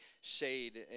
shade